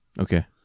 okay